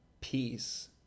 peace